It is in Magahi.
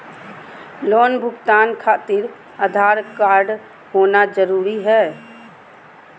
लोन भुगतान खातिर आधार कार्ड होना जरूरी है?